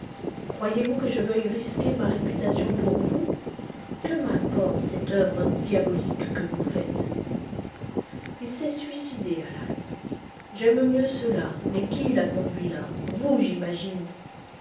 croyez-vous que je veuille risquer ma réputation pour vous que m'importe cette œuvre diabolique que vous faites il s'est suicidé alan j'aime mieux cela mais qui l'a conduit là vous j'imagine